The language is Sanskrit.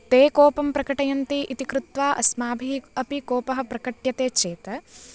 ते कोपं प्रकटयन्ति इति कृत्वा अस्माभिः अपि कोपः प्रकट्यते चेत्